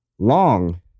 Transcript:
long